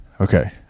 okay